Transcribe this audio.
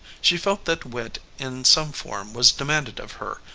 she felt that wit in some form was demanded of her,